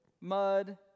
mud